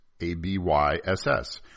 A-B-Y-S-S